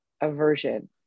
aversion